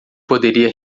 poderia